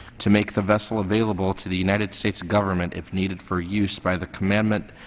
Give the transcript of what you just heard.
to make the vessel available to the united states government if needed for use by the commandment